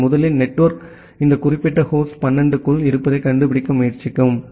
எனவே முதலில் நெட்வொர்க் இந்த குறிப்பிட்ட ஹோஸ்ட் 12 க்குள் இருப்பதைக் கண்டுபிடிக்க முயற்சிக்கும்